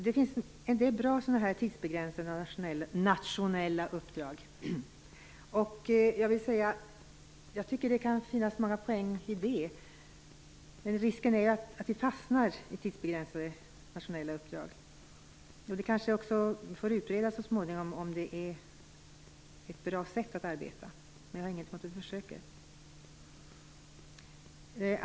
Det finns en del bra sådana tidsbegränsade nationella uppdrag, och jag tycker att det kan vara många poänger i det, men det är en risk för att vi fastnar i tidsbegränsade nationella uppdrag. Det får kanske så småningom utredas om detta är ett bra sätt att arbeta, men jag har ingenting emot att man försöker med detta.